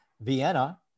Vienna